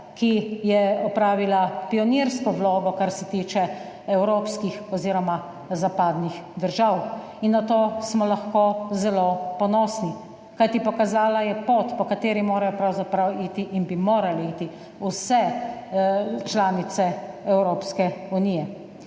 ki je opravila pionirsko vlogo, kar se tiče evropskih oziroma zapadli držav. In na to smo lahko zelo ponosni. Kajti pokazala je pot, po kateri morajo pravzaprav iti in bi morali iti vse članice Evropske unije.